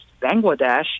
Bangladesh